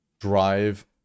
drive